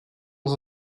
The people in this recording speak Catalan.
les